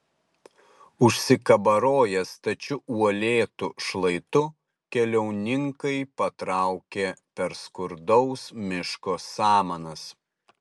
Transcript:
užsikabaroję stačiu uolėtu šlaitu keliauninkai patraukė per skurdaus miško samanas